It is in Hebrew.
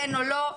כן או לא,